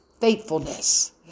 faithfulness